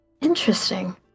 interesting